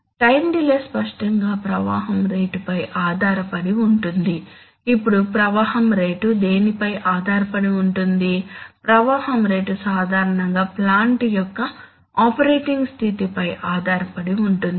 time delay స్పష్టంగా ప్రవాహం రేటుపై ఆధారపడి ఉంటుంది ఇప్పుడు ప్రవాహం రేటు దేనిపై ఆధారపడి ఉంటుంది ప్రవాహం రేటు సాధారణంగా ప్లాంట్ యొక్క ఆపరేటింగ్ స్థితిపై ఆధారపడి ఉంటుంది